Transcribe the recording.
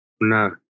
no